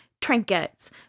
trinkets